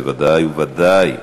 חבר הכנסת, בוודאי ובוודאי.